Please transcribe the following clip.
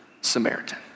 Samaritan